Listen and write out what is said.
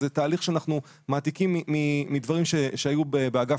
זה תהליך שאנחנו מעתיקים מדברים שהיו באגף